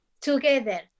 together